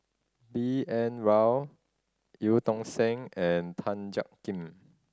B N Rao Eu Tong Sen and Tan Jiak Kim